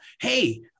Hey